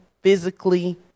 physically